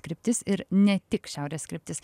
kryptis ir ne tik šiaurės kryptis